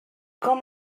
com